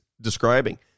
describing